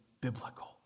biblical